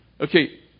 Okay